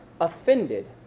offended